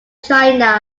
china